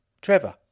Trevor